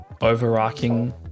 overarching